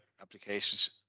applications